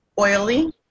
oily